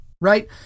Right